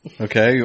Okay